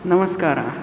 नमस्कारः